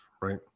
right